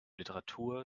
literatur